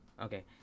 Okay